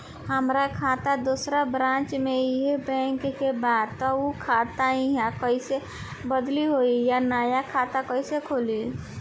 हमार खाता दोसर ब्रांच में इहे बैंक के बा त उ खाता इहवा कइसे बदली होई आ नया खाता कइसे खुली?